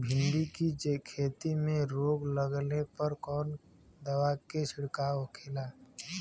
भिंडी की खेती में रोग लगने पर कौन दवा के छिड़काव खेला?